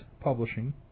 Publishing